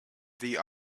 the